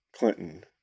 Clinton